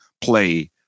Play